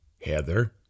Heather